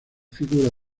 figura